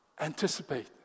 Anticipate